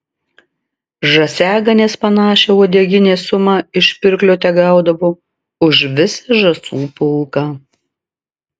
žąsiaganės panašią uodeginės sumą iš pirklio tegaudavo už visą žąsų pulką